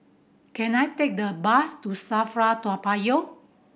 can I take the bus to SAFRA Toa Payoh